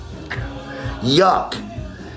Yuck